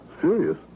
Serious